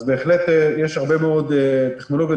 אז בהחלט יש הרבה מאוד טכנולוגיות